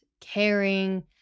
caring